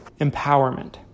Empowerment